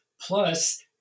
Plus